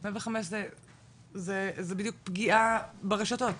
105, זה בדיוק פגיעה ברשתות,